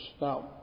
Now